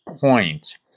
point